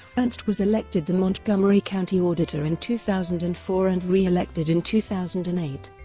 ernst was elected the montgomery county auditor in two thousand and four and re-elected in two thousand and eight.